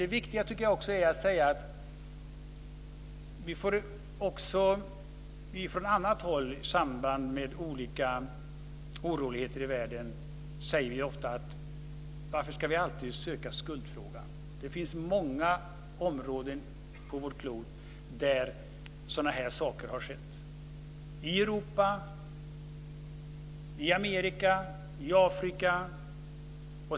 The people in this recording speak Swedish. Det viktiga är också att vi i samband med olika oroligheter i världen ofta säger att varför ska vi alltid söka skuldfrågan; det finns många områden på vårt klot där sådana här saker har skett, i Europa, i Amerika och i Afrika.